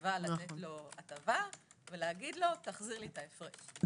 שהתנדבה לתת לו הטבה ולומר לו: תחזיר לי את ההפרש.